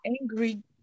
angry